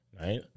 right